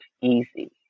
easy